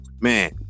Man